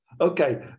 okay